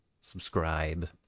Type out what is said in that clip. subscribe